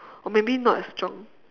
or maybe not as strong